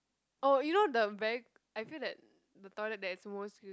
oh you know the very I feel that the toilet there is most clean